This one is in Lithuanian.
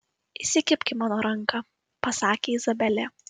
įsikibk į mano ranką pasakė izabelė